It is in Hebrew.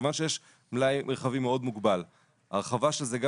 כיוון שיש מלאי רכבים מאוד מוגבל הרחבה של זה גם